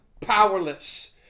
powerless